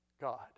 God